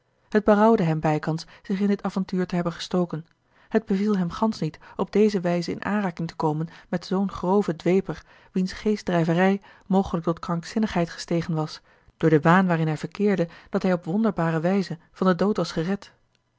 het berouwde hem bijkans zich in dit avontuur te hebben gestoken het beviel hem gansch niet op deze wijze in aanraking te komen met zoo'n groven dweper wiens geestdrijverij mogelijk tot krankzinnigheid gestegen was door den waan waarin hij verkeerde dat hij op wonderbare wijze van den dood was gered